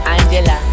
Angela